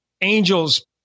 angels